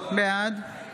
בעד